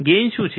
gain શું છે